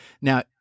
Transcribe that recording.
Now